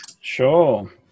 Sure